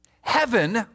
Heaven